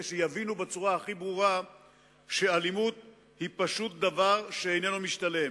כי יבינו בצורה הכי ברורה שאלימות היא פשוט דבר שאיננו משתלם.